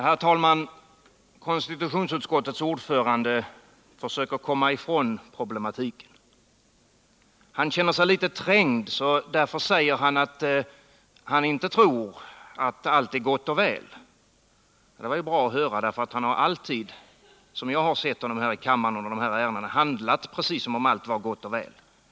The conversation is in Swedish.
Herr talman! Konstitutionsutskottets ordförande försöker komma ifrån problematiken. Men han känner sig litet trängd, så därför säger han att han inte tror att allt är gott och väl. Det var bra att höra detta. Som jag mött honom här i kammaren i dessa ärenden har han alltid handlat precis som om allt var gott och väl.